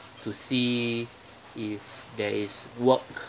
to see if there is work